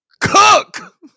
cook